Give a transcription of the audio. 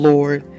Lord